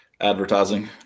advertising